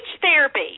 therapy